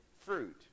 fruit